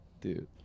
Dude